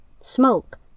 Smoke